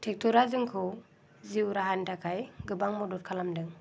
ट्रेक्ट'रा जोंखौ जिउ राहानि थाखाय गोबां मदद खालामदों